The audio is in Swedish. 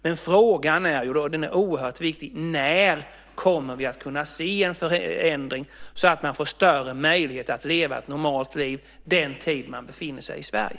Men frågan är ju då, och den är oerhört viktig: När kommer vi att kunna se en förändring så att man får större möjlighet att leva ett normalt liv den tid man befinner sig i Sverige?